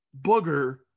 booger